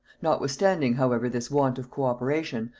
notwithstanding however this want of co-operation,